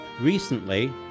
Recently